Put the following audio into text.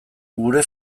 gure